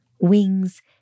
wings